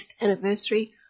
anniversary